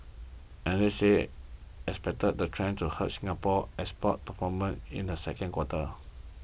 analysts expected the trend to hurt Singapore's export performance in the second quarter